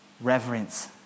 reverence